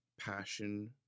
Passion